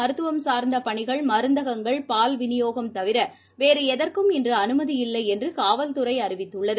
மருத்துவம் சார்ந்தபணிகள் இதன்படி மருந்தகங்கள் பால்விநியோகம் தவிரவேறுஎதற்கும் இன்றுஅனுமதி இல்லைஎன்றுகாவல்துறைஅறிவித்துள்ளது